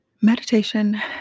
meditation